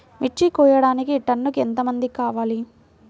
మిర్చి కోయడానికి టన్నుకి ఎంత మంది కావాలి?